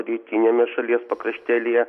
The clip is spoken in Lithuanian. rytiniame šalies pakraštėlyje